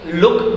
look